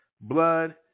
blood